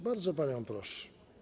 Bardzo panią proszę.